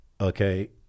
Okay